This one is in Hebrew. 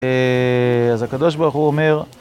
אה... אז הקדוש ברוך הוא אומר...